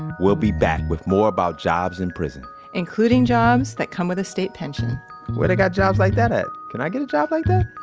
and we'll be back with more about jobs in prison including jobs that come with a state pension where they got jobs like that at? can i get a job like that?